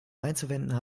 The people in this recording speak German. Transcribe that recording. einzuwenden